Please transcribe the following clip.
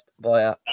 via